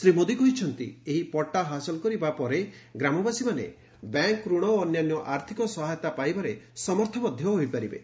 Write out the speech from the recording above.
ଶ୍ରୀ ମୋଦି କହିଛନ୍ତି ଏହି ପଟ୍ଟା ହାସଲକରିବା ପରେ ଗ୍ରାମବାସୀମାନେ ବ୍ୟାଙ୍କ୍ ଋଣ ଓ ଅନ୍ୟାନ୍ୟ ଆର୍ଥିକ ସହାୟତା ପାଇବାରେ ସମର୍ଥ ହୋଇପାରିବେ